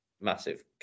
Massive